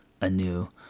anew